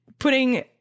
putting